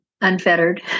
unfettered